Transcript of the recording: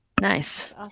Nice